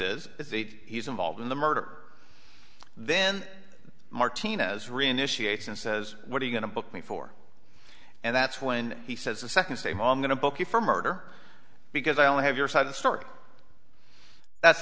is he's involved in the murder then martinez reinitiate and says what are you going to book me for and that's when he says the second same on going to book you for murder because i only have your side of the story that's